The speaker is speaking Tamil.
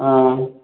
ஆ